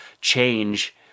change